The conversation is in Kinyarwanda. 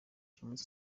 james